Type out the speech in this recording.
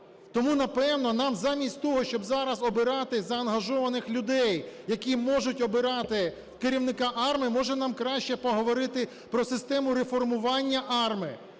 Тому, напевно, нам замість того, щоб зараз обирати заангажованих людей, які можуть обирати керівника АРМА, може, нам краще поговорити про систему реформування АРМА,